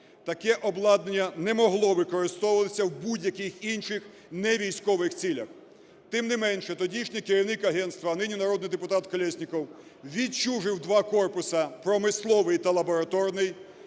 Таке обладнання не могло використовуватися в будь-яких інших невійськових цілях. Тим не менше, тодішній керівник агентства, а нині народний депутат Колєсніков, відчужив два корпуса – промисловий та лабораторний,